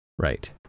right